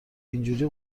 اینجوری